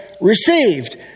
received